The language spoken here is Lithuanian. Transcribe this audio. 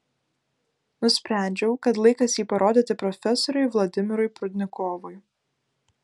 nusprendžiau kad laikas jį parodyti profesoriui vladimirui prudnikovui